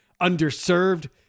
underserved